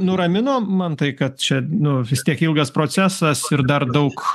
nuramino mantai kad čia nu vis tiek ilgas procesas ir dar daug